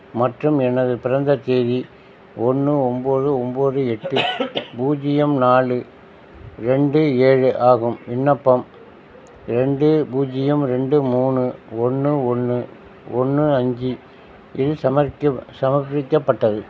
மற்றும் எனது பிறந்த தேதி ஒன்று ஒன்போது ஒன்போது எட்டு பூஜ்ஜியம் நாலு ரெண்டு ஏழு ஆகும் விண்ணப்பம் ரெண்டு பூஜ்ஜியம் ரெண்டு மூணு ஒன்று ஒன்று ஒன்று அஞ்சு இல் சமர்க்க சமர்ப்பிக்கப்பட்டது